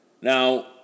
Now